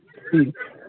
ᱦᱮᱸ